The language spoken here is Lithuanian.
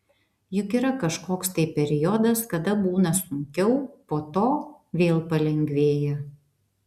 juk yra kažkoks tai periodas kada būna sunkiau po to vėl palengvėja